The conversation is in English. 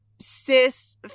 cis